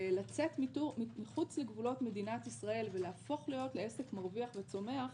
לצאת מחוץ לגבולות מדינת ישראל ולהפוך להיות לעסק מרוויח וצומח,